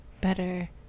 better